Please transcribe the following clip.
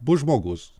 bus žmogus